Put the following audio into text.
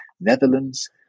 Netherlands